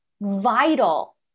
vital